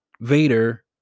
Vader